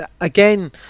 again